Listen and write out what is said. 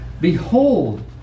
Behold